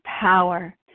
power